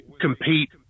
compete